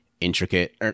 intricate